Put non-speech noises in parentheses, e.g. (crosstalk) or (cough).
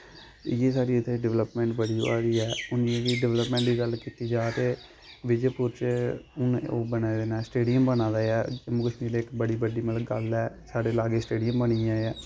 इ'यै साढ़ी इत्थै डिवलैपमैंट बड़ी होआ दी ऐ (unintelligible) डवलैपमैंट दी गल्ल कीती जाऽ ते विजयपुर च हून ओह् बना दे न स्टेडियम बना दा ऐ जम्मू कश्मीर दी इक बड़ी बड्डी मतलब गल्ल ऐ साढ़े लाह्गै स्टेडियम बनी आ